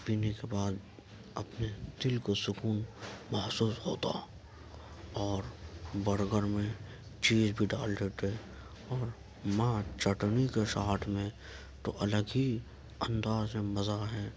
پینے کے بعد اپنے دل کو سکون محسوس ہوتا اور برگر میں چیز بھی ڈال دیتے اور مع چٹنی کے ساتھ میں تو الگ ہی انداز میں مزہ ہے